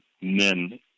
men